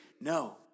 No